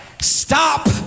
stop